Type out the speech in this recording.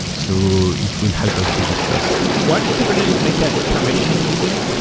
so it will help us reduce cost why does kubernetes make that permissioning easier?